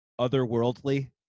otherworldly